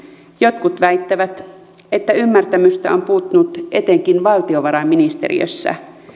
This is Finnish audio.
jotkut väittävät että ymmärtämystä on puuttunut etenkin valtiovarainministeriössä